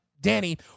Danny